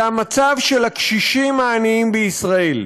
המצב של הקשישים העניים בישראל.